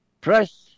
press